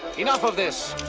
enough of this.